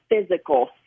physical